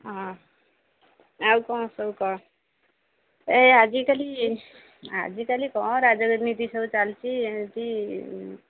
ହଁ ଆଉ କ'ଣ ସବୁ କାଲି ଆଜିକାଲି କ'ଣ ରାଜନୀତି ସବୁ ଚାଲିଛି ଏମିତି